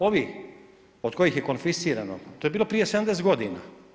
Ovo od kojih je konfiscirano, to je bilo prije 70 godina.